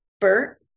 Bert